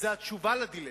זאת התשובה לדילמה.